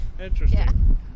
interesting